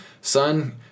son